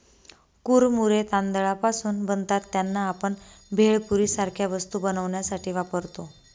कुरमुरे तांदळापासून बनतात त्यांना, आपण भेळपुरी सारख्या वस्तू बनवण्यासाठी वापरतो